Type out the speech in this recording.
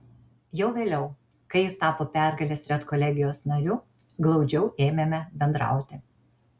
jau vėliau kai jis tapo pergalės redkolegijos nariu glaudžiau ėmėme bendrauti